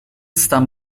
staan